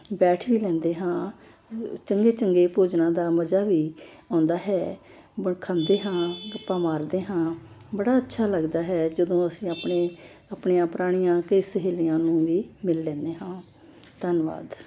ਬੈਠ ਵੀ ਲੈਂਦੇ ਹਾਂ ਚੰਗੇ ਚੰਗੇ ਭੋਜਨਾਂ ਦਾ ਮਜ਼ਾ ਵੀ ਆਉਂਦਾ ਹੈ ਬਰ ਖਾਂਦੇ ਹਾਂ ਗੱਪਾਂ ਮਾਰਦੇ ਹਾਂ ਬੜਾ ਅੱਛਾ ਲੱਗਦਾ ਹੈ ਜਦੋਂ ਅਸੀਂ ਆਪਣੇ ਆਪਣੀਆਂ ਪੁਰਾਣੀਆਂ ਕਈ ਸਹੇਲੀਆਂ ਨੂੰ ਵੀ ਮਿਲ ਲੈਂਦੇ ਹਾਂ ਧੰਨਵਾਦ